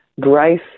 grace